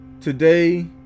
Today